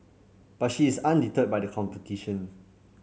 but she is undeterred by the competition